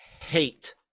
hate